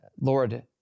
Lord